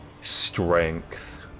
Strength